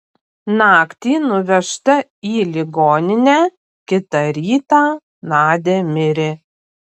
naktį nuvežta į ligoninę kitą rytą nadia mirė